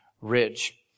ridge